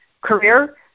career